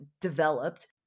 developed